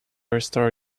restore